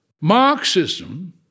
Marxism